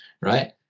Right